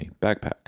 backpack